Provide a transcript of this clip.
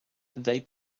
they